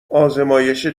آزمایش